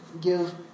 give